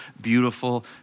beautiful